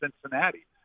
Cincinnati